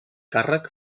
càrrec